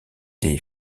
des